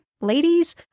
ladies